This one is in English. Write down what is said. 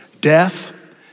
death